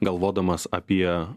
galvodamas apie